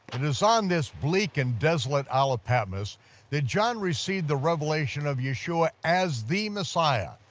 it is on this bleak and desolate isle of patmos that john received the revelation of yeshua as the messiah,